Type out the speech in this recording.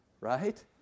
Right